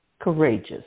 courageous